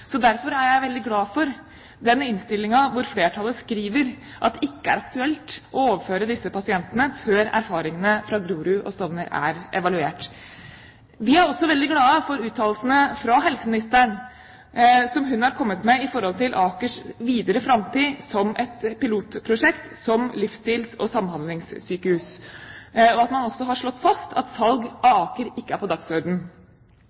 Derfor er jeg veldig glad for at flertallet skriver i innstillingen at det ikke er aktuelt å overføre disse pasientene før erfaringene fra Grorud og Stovner er evaluert. Vi er også veldig glad for uttalelsene helseministeren har kommet med om Akers videre framtid som et pilotprosjekt for et livsstils- og samhandlingssykehus, og at man har slått fast at salg av